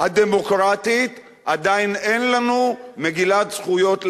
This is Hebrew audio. הדמוקרטית עדיין אין לנו מגילת זכויות לאזרח,